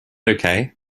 okay